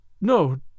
No